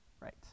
Right